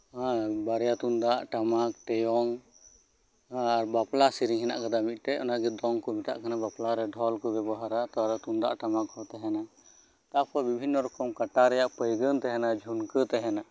ᱦᱟᱸ ᱵᱟᱨᱭᱟ ᱴᱩᱢᱫᱟᱜ ᱴᱟᱢᱟᱠ ᱴᱮᱭᱚᱝ ᱟᱨ ᱵᱟᱯᱞᱟ ᱥᱮᱨᱮᱧ ᱦᱮᱱᱟᱜ ᱠᱟᱫᱟ ᱢᱤᱜᱴᱮᱡ ᱚᱱᱟ ᱜᱮ ᱫᱚᱝ ᱠᱚ ᱢᱮᱛᱟᱜ ᱠᱟᱱᱟ ᱵᱟᱯᱞᱟ ᱨᱮ ᱰᱷᱚᱞ ᱠᱚ ᱵᱮᱵᱚᱦᱟᱨᱟ ᱛᱟᱣ ᱨᱮᱦᱚᱸ ᱛᱩᱢᱫᱟᱜ ᱴᱟᱢᱟᱠ ᱦᱚᱸ ᱛᱟᱦᱮᱸᱱᱟ ᱛᱟᱯᱚᱨ ᱵᱤᱵᱷᱤᱱᱱᱚ ᱨᱚᱠᱚᱢ ᱠᱟᱴᱟ ᱨᱮᱭᱟᱜ ᱯᱟᱹᱭᱜᱟᱹᱱ ᱛᱟᱦᱮᱸᱱᱟ ᱡᱷᱩᱱᱠᱟᱹ ᱛᱟᱦᱮᱸᱱᱟ